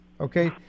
okay